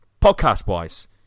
Podcast-wise